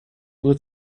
would